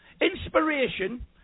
inspiration